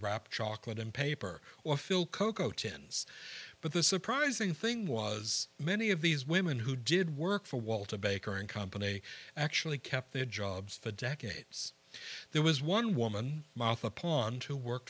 wrap chocolate in paper or fill cocoa ten's but the surprising thing was many of these women who did work for walter baker and company actually kept their jobs for decades there was one woman mouth upon to work